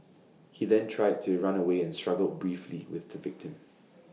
he then tried to run away and struggled briefly with the victim